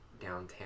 downtown